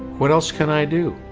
what else can i do?